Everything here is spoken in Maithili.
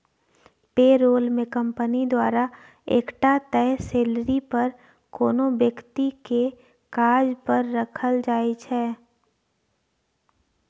पे रोल मे कंपनी द्वारा एकटा तय सेलरी पर कोनो बेकती केँ काज पर राखल जाइ छै